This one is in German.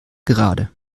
gerade